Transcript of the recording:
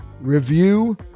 review